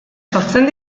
sortzen